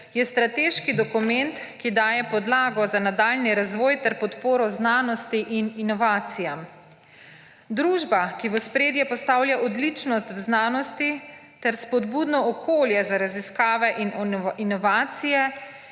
je strateški dokument, ki daje podlago za nadaljnji razvoj ter podporo znanosti in inovacijam. Družba, ki v ospredje postavlja odličnost v znanosti ter spodbudno okolje za raziskave in inovacije,